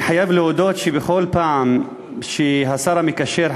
אני חייב להודות שבכל פעם שהשר המקשר,